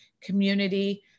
community